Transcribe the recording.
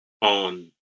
on